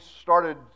started